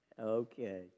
Okay